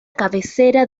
cabecera